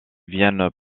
viennent